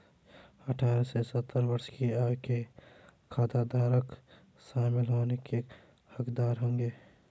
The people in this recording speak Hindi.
अठारह से सत्तर वर्ष की आयु के खाताधारक शामिल होने के हकदार होंगे